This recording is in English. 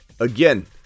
Again